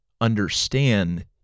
Understand